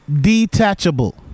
Detachable